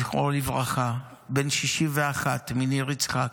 זיכרונו לברכה, בן 61 מניר יצחק,